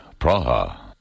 Praha